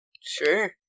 Sure